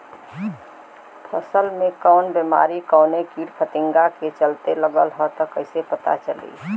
फसल में कवन बेमारी कवने कीट फतिंगा के चलते लगल ह कइसे पता चली?